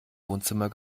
wohnzimmer